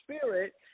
Spirit